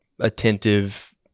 attentive